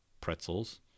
pretzels